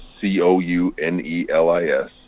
C-O-U-N-E-L-I-S